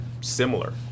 similar